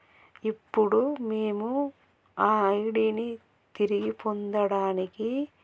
ఇప్పుడు మేము ఆ ఐడిని తిరిగి పొందడానికి